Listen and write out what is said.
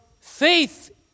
faith